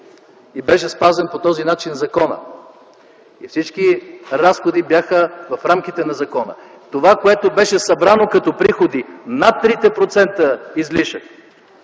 и беше спазен по този начин законът, и всички разходи бяха в рамките на закона. Това, което беше събрано като приходи над 3-те